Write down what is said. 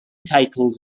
titles